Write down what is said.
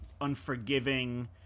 unforgiving